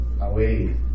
away